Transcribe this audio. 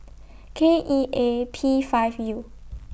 K E A P five U